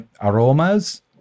aromas